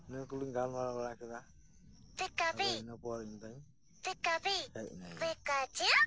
ᱤᱱᱟᱹ ᱠᱚᱞᱤᱝ ᱜᱟᱞᱢᱟᱨᱟᱣ ᱵᱟᱲᱟ ᱠᱮᱫᱟ ᱤᱱᱟᱹ ᱯᱚᱨ ᱤᱧ ᱫᱩᱧ ᱦᱮᱡ ᱱᱟ